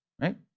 right